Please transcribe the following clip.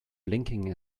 blinking